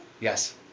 Yes